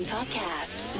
Podcast